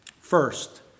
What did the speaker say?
First